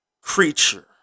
creature